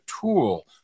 tool